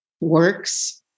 works